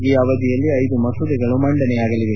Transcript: ಈ ಅವಧಿಯಲ್ಲಿ ಐದು ಮಸೂದೆಗಳು ಮಂಡನೆಯಾಗಲಿದೆ